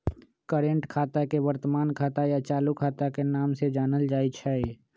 current खाता के वर्तमान खाता या चालू खाता के नाम से जानल जाई छई